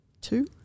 two